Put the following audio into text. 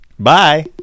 Bye